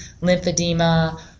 lymphedema